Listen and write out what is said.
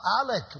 Alec